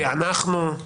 פענחנו?